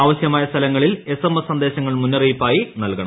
ആവശ്യമായ സ്ഥലങ്ങളിൽ എസ്എംഎസ് സന്ദേശങ്ങൾ മുന്നറിയിപ്പായി നൽകണം